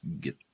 get